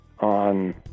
on